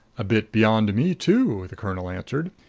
a bit beyond me, too, the colonel answered.